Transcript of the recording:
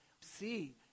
see